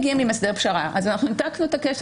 אם מגיעים עם הסדר פשרה, אז ניתקנו את הקשר.